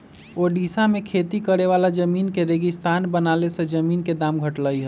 ओड़िशा में खेती करे वाला जमीन के रेगिस्तान बनला से जमीन के दाम घटलई ह